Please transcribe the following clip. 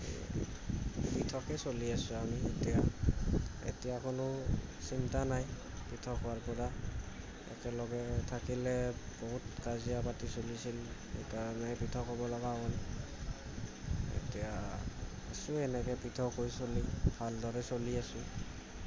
পৃথকেই চলি আছোঁ আমি এতিয়া এতিয়া কোনো চিন্তা নাই পৃথক হোৱাৰ পৰা একেলগে থাকিলে বহুত কাজিয়া পাতি চলি থাকে সেইকাৰণে পৃথক হ'ব লগা হ'ল এতিয়া আছোঁ এনেকৈ পৃথক হৈ চলি ভালদৰে চলি আছোঁ